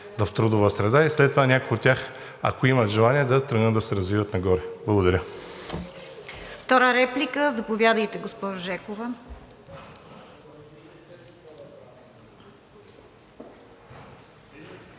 в трудова среда и след това някои от тях, ако имат желание, да тръгнат да се развиват нагоре. Благодаря.